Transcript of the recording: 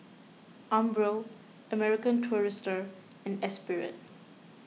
Umbro American Tourister and Esprit